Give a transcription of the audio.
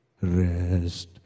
rest